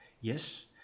Yes